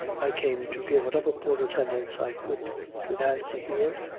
i came to give whatever poor attendance i could to nancy here,